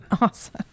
Awesome